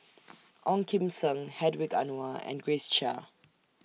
Ong Kim Seng Hedwig Anuar and Grace Chia